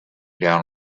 down